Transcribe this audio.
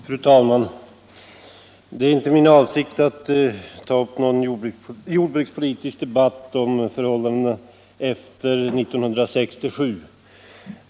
Fru talman! Det är inte min avsikt att ta upp någon jordbrukspolitisk debatt om förhållandena efter 1967.